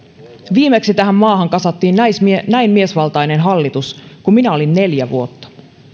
viimeksi tähän maahan kasattiin näin miesvaltainen hallitus kun minä olin neljä vuotta